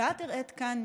ואת הראית כאן,